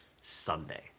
Sunday